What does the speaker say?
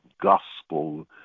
gospel